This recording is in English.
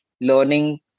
learning